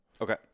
Okay